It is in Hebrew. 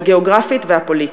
הגיאוגרפית והפוליטית,